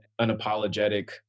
unapologetic